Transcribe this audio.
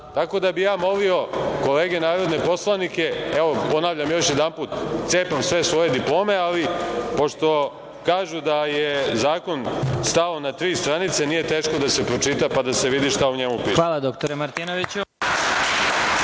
zakon. Ja bih molio kolege narodne poslanike, ponavljam još jednom, cepam sve svoje diplome, ali pošto kažu da je zakon stao na tri stranice, nije teško da se pročita, pa da se vidi šta u njemu piše. **Vladimir Marinković**